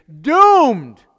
Doomed